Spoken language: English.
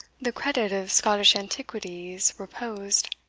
the credit of scottish antiquities reposed.